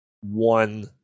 one